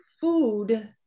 food